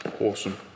awesome